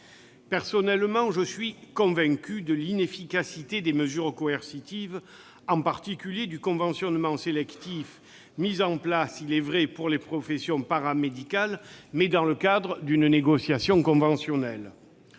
Personnellement, je suis convaincu de l'inefficacité des mesures coercitives, en particulier du conventionnement sélectif, instauré, il est vrai, pour les professions paramédicales, mais dans le cadre d'une négociation conventionnelle.